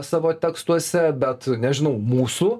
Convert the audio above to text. savo tekstuose bet nežinau mūsų